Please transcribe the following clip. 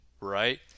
right